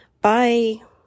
Bye